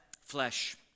flesh